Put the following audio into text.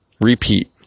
repeat